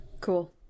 Cool